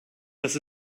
dass